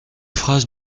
phrases